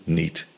niet